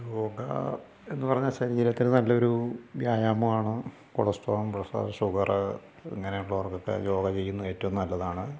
യോഗ എന്നു പറഞ്ഞാൽ ശരീരത്തിന് നല്ലൊരു വ്യായാമമാണ് കൊളസ്ട്രോളും പ്രെഷർ ഷുഗർ ഇങ്ങനെയുള്ളവർക്കൊക്കെ യോഗ ചെയ്യുന്നത് ഏറ്റവും നല്ലതാണ്